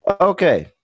Okay